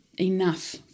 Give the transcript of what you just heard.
enough